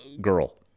girl